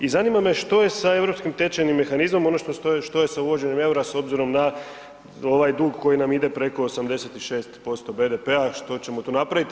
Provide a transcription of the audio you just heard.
I zanima me što je sa europskim tečajnim mehanizmom odnosno što je sa uvođenjem EUR-a s obzirom na ovaj dug koji nam ide preko 86% BDP-a, što ćemo tu napraviti?